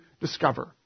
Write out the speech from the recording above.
discover